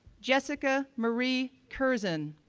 jessica marie chrzan,